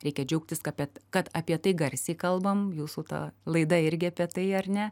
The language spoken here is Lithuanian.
reikia džiaugtis kad kad apie tai garsiai kalbam jūsų ta laida irgi apie tai ar ne